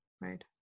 Right